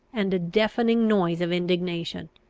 and a deafening noise of indignation.